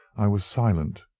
i was silent,